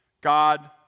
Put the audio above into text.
God